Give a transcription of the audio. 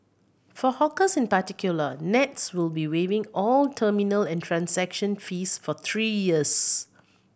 for hawkers in particular nets will be waiving all terminal and transaction fees for three years